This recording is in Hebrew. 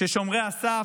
ששומרי הסף